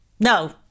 No